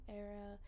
era